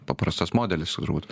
paprastas modelis turbūt